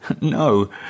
No